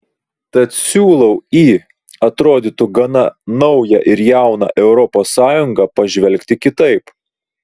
tad siūlau į atrodytų gana naują ir jauną europos sąjungą pažvelgti kitaip